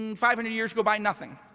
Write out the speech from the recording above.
and five hundred years ago by, nothing.